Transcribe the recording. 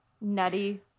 Nutty